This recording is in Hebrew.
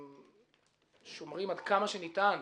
שומרים עד כמה שניתן,